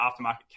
aftermarket